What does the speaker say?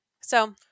So-